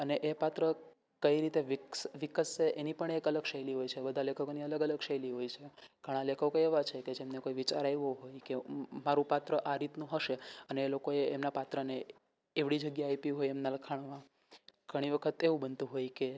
અને એ પાત્ર કઈ રીતે વીક વિકસશે એની પણ એક શૈલી હોય છે બધાં લેખકોની અલગ અલગ શૈલી હોય છે ઘણાં લેખકો એવા છે કે જેમને કોઈ વિચાર આવ્યો હોય કે હું મારું પાત્ર આ રીતનું હશે અને લોકોને એમના પાત્રને એવડી જગ્યા આપી હોય એમના લખાણમાં ઘણી વખત એવું બનતું હોય કે